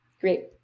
Great